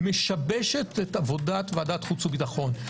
משבשת את עבודת ועדת חוץ וביטחון.